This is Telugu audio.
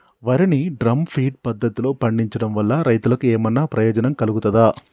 వరి ని డ్రమ్ము ఫీడ్ పద్ధతిలో పండించడం వల్ల రైతులకు ఏమన్నా ప్రయోజనం కలుగుతదా?